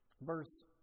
verse